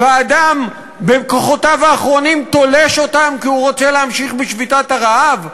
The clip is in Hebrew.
והאדם בכוחותיו האחרונים תולש אותם כי הוא רוצה להמשיך בשביתת הרעב?